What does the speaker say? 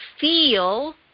feel